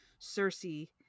Cersei